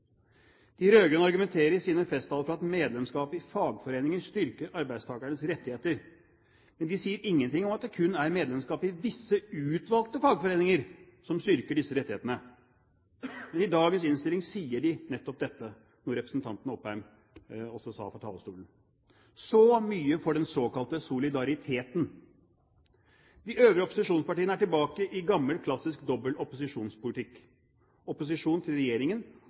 De rød-grønne argumenterer i sine festtaler for at medlemskap i fagforeninger styrker arbeidstakernes rettigheter, men de sier ingenting om at det kun er medlemskap i visse utvalgte fagforeninger som styrker disse rettighetene. Men i dagens innstilling sier de nettopp dette, noe representanten Opheim også sa fra talerstolen. Så mye for den såkalte solidariteten! De øvrige opposisjonspartiene er tilbake i gammel, klassisk, dobbel opposisjonspolitikk – i opposisjon til regjeringen